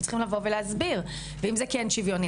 הם צריכים לבוא ולהסביר ואם זה כן שוויוני